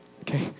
okay